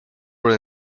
were